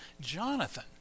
Jonathan